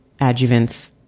adjuvants